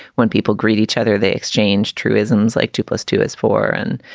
when people greet each other, they exchange truisms like two plus two is four and